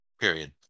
Period